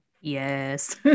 Yes